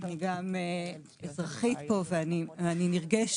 אני גם אזרחית פה ואני נרגשת